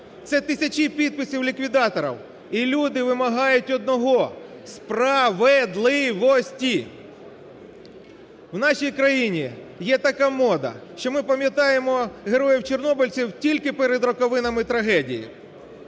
це тисячі підписів ліквідаторів. І люди вимагають одного – спра-ве-дли-во-сті! В нашій країні є така мода, що ми пам'ятаємо героїв-чорнобильців тільки перед роковинами трагедії,